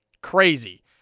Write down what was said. crazy